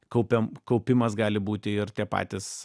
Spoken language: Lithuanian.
kaupia kaupimas gali būti ir tie patys